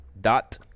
dot